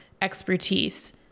expertise